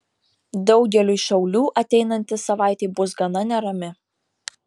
daugeliui šaulių ateinanti savaitė bus gana nerami